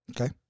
Okay